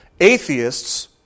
atheists